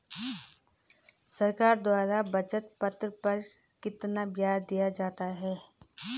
सरकार द्वारा बचत पत्र पर कितना ब्याज दिया जाता है?